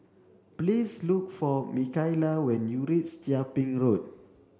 please look for Mikaela when you reach Chia Ping Road